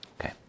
Okay